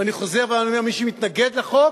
ואני חוזר ואומר, מי שמתנגד לחוק